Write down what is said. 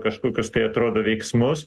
kažkokius tai atrodo veiksmus